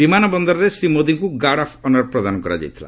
ବିମାନ ବନ୍ଦରରେ ଶ୍ରୀ ମୋଦିଙ୍କୁ ଗାର୍ଡ ଅଫ୍ ଅନର୍ ପ୍ରଦାନ କରାଯାଇଥିଲା